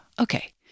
Okay